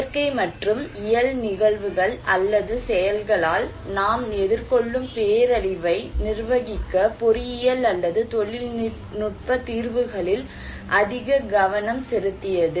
இயற்கை மற்றும் இயல் நிகழ்வுகள் அல்லது செயல்களால் நாம் எதிர்கொள்ளும் பேரழிவை நிர்வகிக்க பொறியியல் அல்லது தொழில்நுட்ப தீர்வுகளில் அதிக கவனம் செலுத்தியது